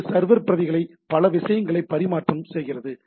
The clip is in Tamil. இது சர்வர் பிரதிகளை பல விஷயங்களை பரிமாறும் செல்கிறது